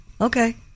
Okay